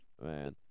man